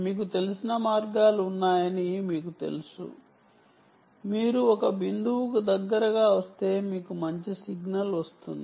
మీకు తెలిసినవిషయం ఏమిటంటే మీరు ఒక బిందువుకు దగ్గరగా వస్తే మీకు మంచి సిగ్నల్ వస్తుంది